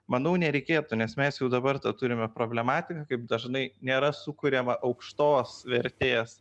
manau nereikėtų nes mes jau dabar tą turime problematiką kaip dažnai nėra sukuriama aukštos vertės